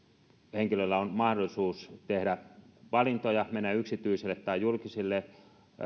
henkilöillä on mahdollisuus tehdä valintoja mennä yksityiselle tai julkiselle ja